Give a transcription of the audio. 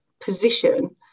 position